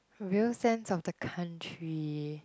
real sense of the country